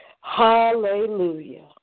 Hallelujah